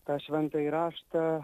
tą šventąjį raštą